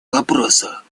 вопросах